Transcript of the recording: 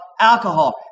alcohol